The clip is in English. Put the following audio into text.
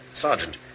Sergeant